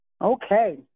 Okay